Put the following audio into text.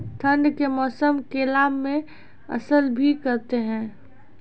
ठंड के मौसम केला मैं असर भी करते हैं?